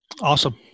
Awesome